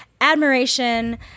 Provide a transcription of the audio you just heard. admiration